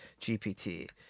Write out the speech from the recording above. GPT